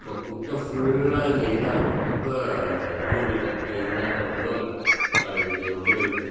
இப்போ குட்டை ஃபுல்லாக இந்த இதாக இருக்கும் ரொம்ப அந்த கோழி ரெக்கை இதுதான் ரொம்ப கிடக்குது கிடக்குது ரொம்ப கிடக்குது